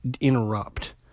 interrupt